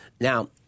Now